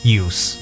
use